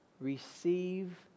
Receive